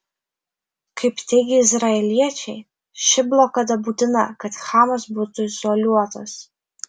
kaip teigia izraeliečiai ši blokada būtina kad hamas būtų izoliuotas